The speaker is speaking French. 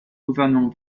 gouvernement